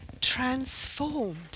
transformed